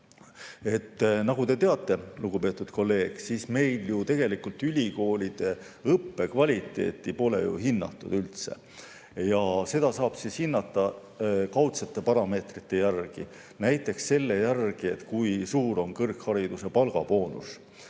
Nagu te teate, lugupeetud kolleeg, siis meil ju tegelikult ülikoolide õppekvaliteeti pole üldse hinnatud. Seda saab hinnata kaudsete parameetrite järgi, näiteks selle järgi, kui suur on kõrghariduse palgaboonus.